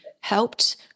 helped